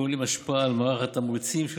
הכוללים השפעה על מערך התמריצים של